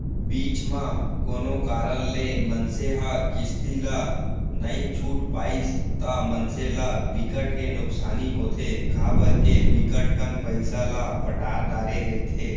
बीच म कोनो कारन ले मनसे ह किस्ती ला नइ छूट पाइस ता मनसे ल बिकट के नुकसानी होथे काबर के बिकट कन पइसा ल पटा डरे रहिथे